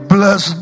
Bless